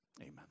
Amen